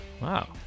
Wow